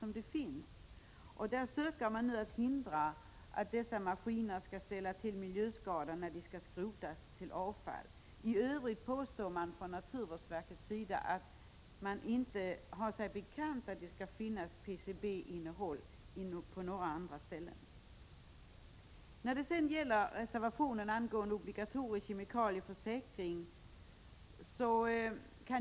Man försöker nu förhindra att dessa maskiner skall ställa till med miljöskador när de skrotas. Naturvårdsverket säger att man inte har sig bekant att det skulle finnas PCB-innehåll på några andra ställen. Det finns en reservation angående obligatorisk kemikalieförsäkring.